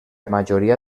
majoria